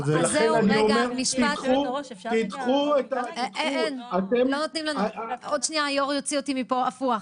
לכן תדחו את --- עוד רגע היושב-ראש יוציא אותי מפה הפוך.